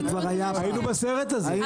היינו בסרט הזה.